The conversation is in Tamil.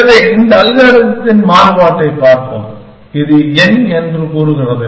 எனவே இந்த அல்காரிதத்தின் மாறுபாட்டைப் பார்ப்போம் இது n என்று கூறுகிறது